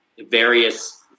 various